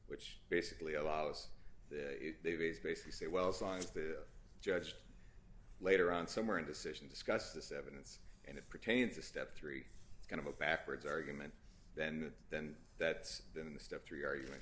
which basically allows that they've is basically say well as long as the judge later on somewhere in decision discuss this evidence and it pertains to step three kind of a backwards argument then then that's been the step three argument